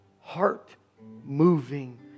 Heart-moving